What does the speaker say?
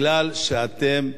מכיוון שאתם,